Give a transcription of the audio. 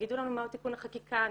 תגידו לנו מהו תיקון החקיקה הנדרש.